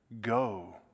go